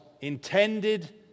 intended